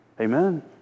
Amen